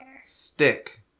Stick